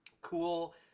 cool